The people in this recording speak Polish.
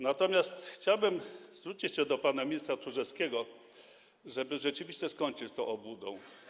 Natomiast chciałbym zwrócić się do pana ministra Tchórzewskiego, żeby rzeczywiście skończył z tą obłudą.